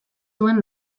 zuen